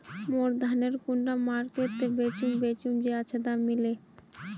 मोर धानेर कुंडा मार्केट त बेचुम बेचुम जे अच्छा दाम मिले?